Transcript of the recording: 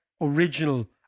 original